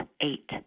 eight